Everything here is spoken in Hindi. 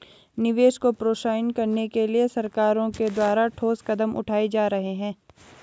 निवेश को प्रोत्साहित करने के लिए सरकारों के द्वारा ठोस कदम उठाए जा रहे हैं